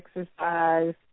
exercise